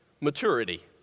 maturity